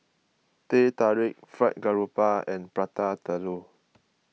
Teh Tarik Fried Garoupa and Prata Telur